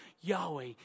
Yahweh